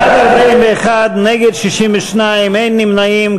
בעד, 41, נגד, 62, אין נמנעים.